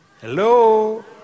Hello